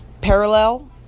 parallel